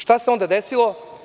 Šta se onda desilo?